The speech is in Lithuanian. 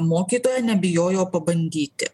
mokytoja nebijojo pabandyti